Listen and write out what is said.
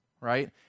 right